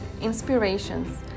inspirations